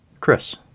Chris